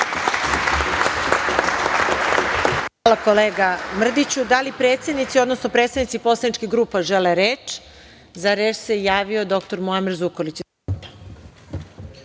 Hvala, kolega Mrdiću. Da li predsednici, odnosno predstavnici poslaničkih grupa žele reč? Za reč se javio dr Muamer